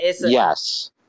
Yes